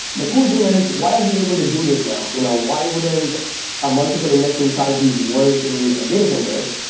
the cool thing is why are we able to do this now? you know why wouldn't a multiple indexing strategies work in data centers?